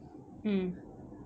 mm